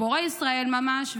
גיבורי ישראל ממש.